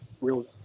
real